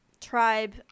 tribe